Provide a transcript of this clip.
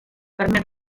permet